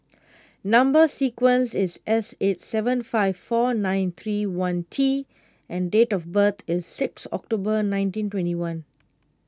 Number Sequence is S eight seven five four nine three one T and date of birth is six October nineteen twenty one